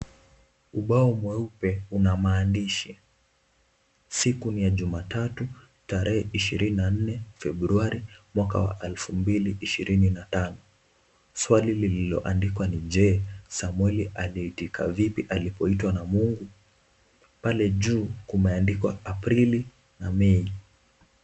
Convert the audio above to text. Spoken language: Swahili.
Ubao mweupe una maandishi. Siku ni ya Jumatatu, tarehe ishirini na nne Februari mwaka wa elfu mbili ishirini na tano. Swali lililoandikwa ni: Je? Samueli aliitika vipi alipoitwa na Mungu?. Pale juu kumwandikwa Aprili na Mei.